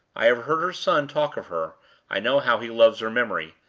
i have heard her son talk of her i know how he loves her memory.